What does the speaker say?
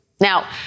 Now